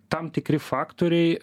tam tikri faktoriai